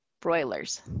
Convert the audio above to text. broilers